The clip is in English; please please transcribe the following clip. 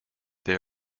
they